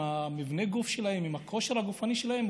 עם מבנה הגוף שלהם ועם הכושר הגופני שלהם,